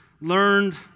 learned